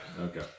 Okay